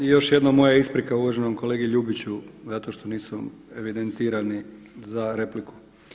I još jednom moja isprika uvaženom kolegi Ljubiću zato što nisam evidentirao za repliku.